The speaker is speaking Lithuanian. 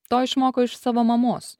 to išmoko iš savo mamos